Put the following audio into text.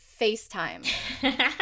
FaceTime